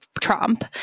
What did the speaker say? Trump